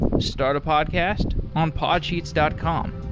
start a podcast on podsheets dot com